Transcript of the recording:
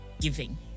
giving